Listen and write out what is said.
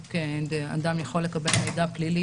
אדם יכול לקבל מידע פלילי,